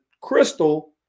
crystal